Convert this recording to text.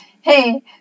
Hey